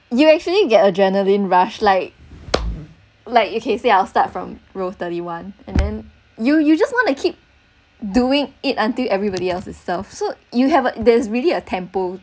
you actually get adrenaline rush like like you can say I will start from row thirty one and then you you just wanna keep doing it until everybody else is served so you have a there's really a tempo